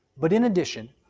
but in addition,